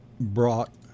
brought